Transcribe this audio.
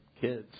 kids